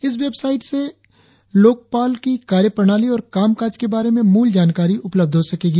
इस वेबसाइट से लोकपाल की कार्य प्रणाली और कामजाज के बारे में मूल जानकारी उपलब्ध हो सकेगी